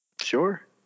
Sure